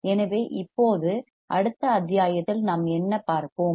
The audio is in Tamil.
எனவே இப்போது அடுத்த அத்தியாயத்தில் நாம் என்ன பார்ப்போம்